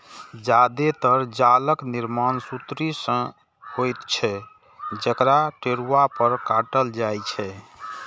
जादेतर जालक निर्माण सुतरी सं होइत छै, जकरा टेरुआ पर काटल जाइ छै